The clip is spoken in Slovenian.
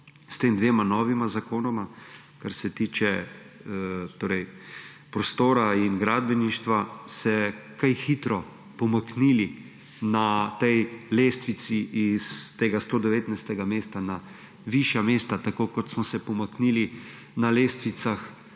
s tema novima zakonoma, kar se tiče prostora in gradbeništva, se kaj hitro pomaknili na tej lestvici s tega 119. mesta na višja mesta, tako kot smo se pomaknili na lestvicah